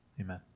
Amen